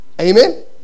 Amen